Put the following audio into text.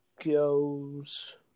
goes